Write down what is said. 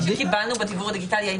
הפרטים.